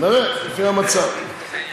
נראה, לפי המצב.